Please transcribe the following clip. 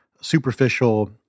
superficial